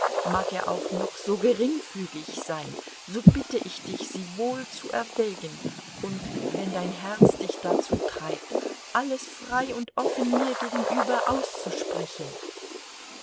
mag er auch noch so geringfügig sein so bitte ich dich sie wohl zu erwägen und wenn dein herz dich dazu treibt alles frei und offen mir gegenüber auszusprechen